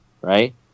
right